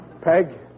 Peg